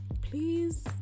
please